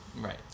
Right